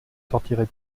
sortirez